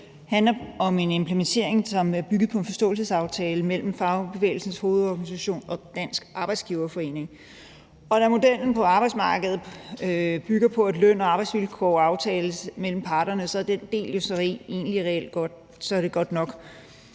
Det handler om en implementering, som bygger på en forståelsesaftale mellem Fagbevægelsens Hovedorganisation og Dansk Arbejdsgiverforening, og da modellen på arbejdsmarkedet bygger på, at løn- og arbejdsvilkår aftales mellem parterne, så er det egentlig reelt godt nok